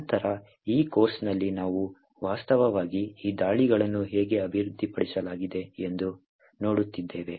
ನಂತರ ಈ ಕೋರ್ಸ್ನಲ್ಲಿ ನಾವು ವಾಸ್ತವವಾಗಿ ಈ ದಾಳಿಗಳನ್ನು ಹೇಗೆ ಅಭಿವೃದ್ಧಿಪಡಿಸಲಾಗಿದೆ ಎಂದು ನೋಡುತ್ತಿದ್ದೇವೆ